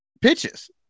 pitches